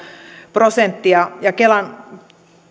prosenttia ja kelan